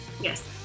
Yes